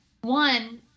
one